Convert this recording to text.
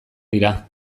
dira